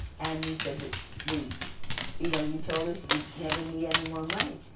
and we said, but we you know, you told us you'd never need any more money.